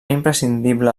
imprescindible